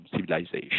civilization